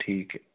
ठीक है